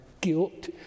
guilt